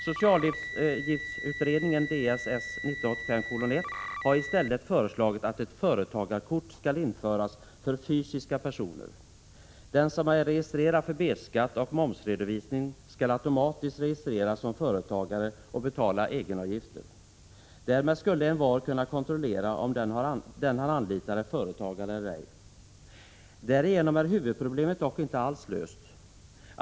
Socialavgiftsutredningen har i stället föreslagit att ett ”företagarkort” skall införas för fysiska personer. Den som är registrerad för B-skatt och momsredovisning skall automatiskt registreras som företagare och betala egenavgifter. Därmed skulle envar kunna kontrollera om den han anlitar är företagare eller ej. Därigenom är huvudproblemet dock inte alls löst.